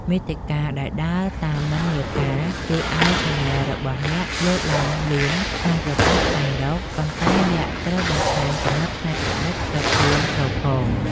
មាតិកាដែលដើរតាមនិន្នាការ ជួយឱ្យឆានែលរបស់អ្នកលោតឡើងលឿនក្នុងប្រព័ន្ធស្វែងរក ប៉ុន្តែអ្នកត្រូវបន្ថែមគំនិតច្នៃប្រឌិតផ្ទាល់ខ្លួនចូលផង។